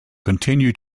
continue